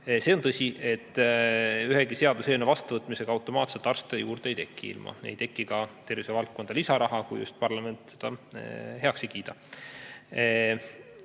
See on tõsi, et ühegi seaduseelnõu vastuvõtmisega automaatselt arste juurde ei teki, ei teki ka tervisevaldkonda lisaraha, kui just parlament seda heaks ei